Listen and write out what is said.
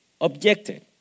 objected